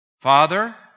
Father